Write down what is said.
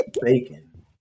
bacon